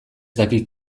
dakit